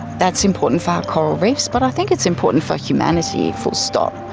that's important for our coral reefs, but i think it's important for humanity, full stop.